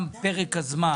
גם פרק הזמן